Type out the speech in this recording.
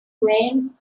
grain